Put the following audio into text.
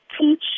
teach